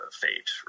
fate